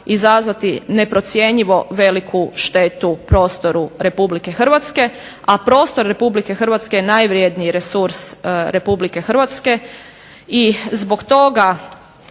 izazvati neprocjenjivo veliku štetu u prostoru Republike Hrvatske, a prostor Republike Hrvatske je najvredniji resurs Republike Hrvatske. I zbog toga